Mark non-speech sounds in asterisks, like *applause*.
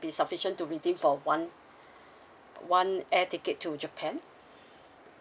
be sufficient to redeem for one *breath* one air ticket to japan